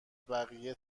بقیه